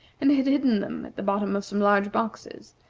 and had hidden them at the bottom of some large boxes,